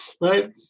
Right